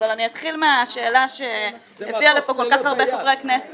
אבל אני אתחיל מהשאלה שהביאה לפה כל כך הרבה חברי כנסת.